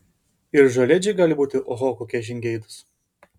ir žolėdžiai gali būti oho kokie žingeidūs